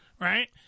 right